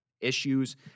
issues